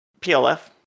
PLF